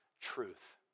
truth